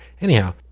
Anyhow